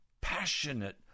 passionate